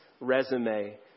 resume